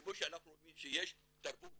כמו שאנחנו אומרים שיש תרבות